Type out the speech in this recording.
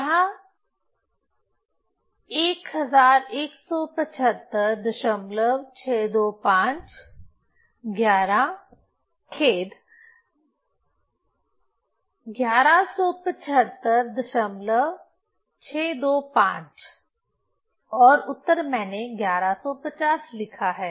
यहाँ 1175625 11 खेद 1175625 और उत्तर मैंने 1150 लिखा है